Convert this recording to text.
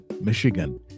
Michigan